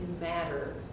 matter